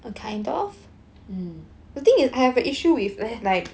mm